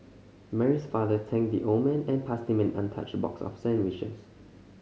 Mary's father thanked the old man and passed him an untouched box of sandwiches